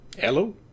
Hello